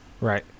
Right